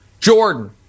Jordan